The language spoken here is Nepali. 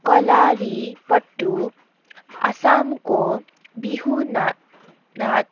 कलारीपट्टु आसामको बिहु ना नाच